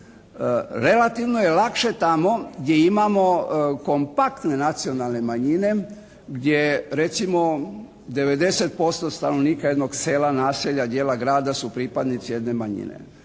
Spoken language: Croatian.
Relativno je lakše tamo gdje imamo kompaktne nacionalne manjine, gdje recimo 90% stanovnika jednog sela, naselja, dijela grada su pripadnici jedne manjine.